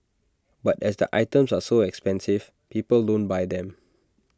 but as the items are so expensive people don't buy them